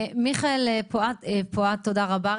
מיכאל פואה, תודה רבה.